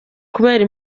kubera